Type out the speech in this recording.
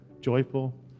joyful